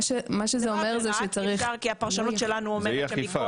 מה שזה אומר זה שצריך --- אפשר כי הפרשנות שלנו אומר שמכוח,